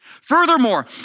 Furthermore